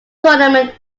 tournament